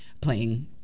playing